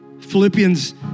Philippians